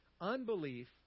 Unbelief